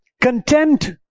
content